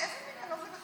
איזה מין,